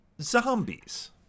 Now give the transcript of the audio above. zombies